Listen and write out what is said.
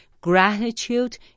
gratitude